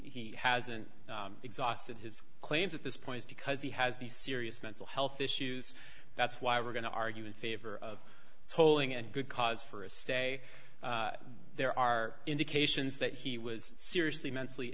hasn't exhausted his claims at this point because he has the serious mental health issues that's why we're going to argue in favor of tolling a good cause for a stay there are indications that he was seriously mentally